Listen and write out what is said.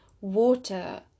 water